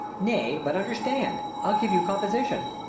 nay, but understand i'll give you composition.